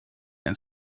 and